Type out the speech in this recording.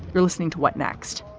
you're listening to what next?